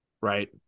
right